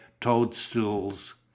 toadstools